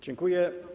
Dziękuję.